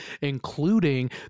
including